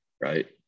right